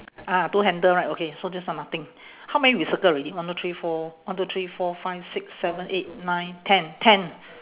ah two handle right okay so this one nothing how many we circle already one two three four one two three four five six seven eight nine ten ten